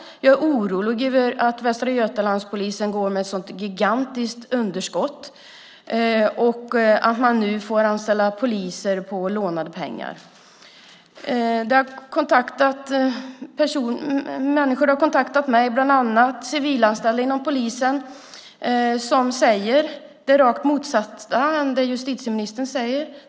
Jag är orolig över att polisen i Västra Götaland går med ett gigantiskt underskott och nu får anställa poliser på lånade pengar. Människor har kontaktat mig, bland annat civilanställda inom polisen, som säger det rakt motsatta till det som justitieministern säger.